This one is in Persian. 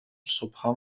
صبحها